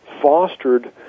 fostered